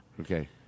Okay